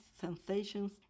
sensations